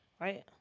Right